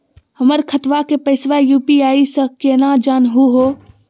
हमर खतवा के पैसवा यू.पी.आई स केना जानहु हो?